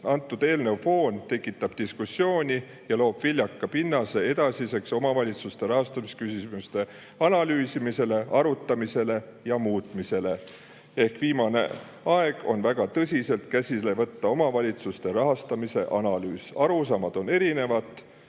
Selle eelnõu foon tekitab diskussiooni ja loob viljaka pinnase edasiseks omavalitsuste rahastamise küsimuste analüüsimiseks, arutamiseks ja muutmiseks. On viimane aeg väga tõsiselt käsile võtta omavalitsuste rahastamise analüüs. Arusaamad on erinevad